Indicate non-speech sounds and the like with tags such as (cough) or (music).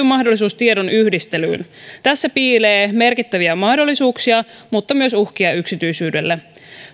(unintelligible) mahdollisuus tiedon yhdistelyyn tässä piilee merkittäviä mahdollisuuksia mutta myös uhkia yksityisyydelle